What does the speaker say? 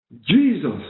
Jesus